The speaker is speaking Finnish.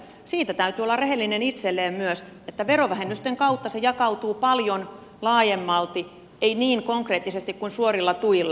siinä täytyy olla rehellinen itselleen myös että verovähennysten kautta se jakautuu paljon laajemmalti ei niin konkreettisesti kuin suorilla tuilla